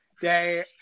day